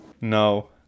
no